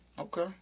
Okay